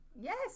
Yes